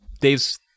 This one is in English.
Dave's